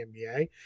NBA